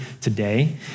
today